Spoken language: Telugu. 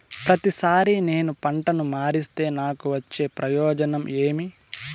ప్రతిసారి నేను పంటను మారిస్తే నాకు వచ్చే ప్రయోజనం ఏమి?